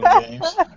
games